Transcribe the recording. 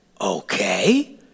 okay